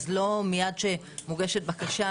זה לא שכשמוגשת בקשה,